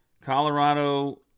Colorado